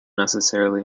necessarily